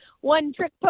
one-trick